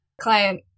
client